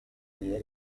mie